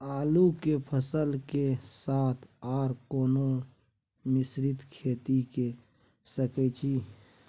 आलू के फसल के साथ आर कोनो मिश्रित खेती के सकैछि?